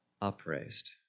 upraised